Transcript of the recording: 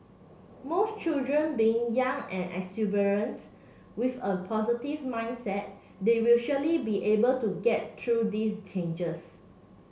most children being young and exuberant with a positive mindset they will surely be able to get through these changes